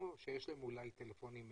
או שיש להם אולי טלפונים 'טיפשים'